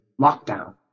lockdown